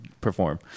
perform